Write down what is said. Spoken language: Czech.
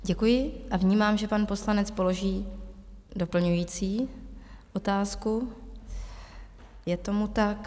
Děkuji a vnímám, že pan poslanec položí doplňující otázku je tomu tak.